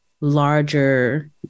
larger